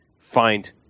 find